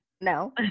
No